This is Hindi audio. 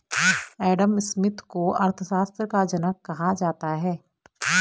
एडम स्मिथ को अर्थशास्त्र का जनक कहा जाता है